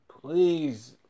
Please